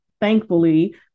thankfully